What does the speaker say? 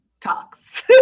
talks